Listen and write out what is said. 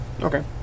Okay